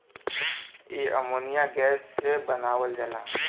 इ ammonia gas से बनावल जाला